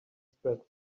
spread